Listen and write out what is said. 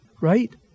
Right